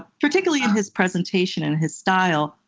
ah particularly in his presentation and his style,